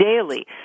daily